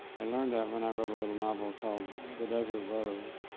i learned that when i wrote a little novel called the desert rose,